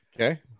Okay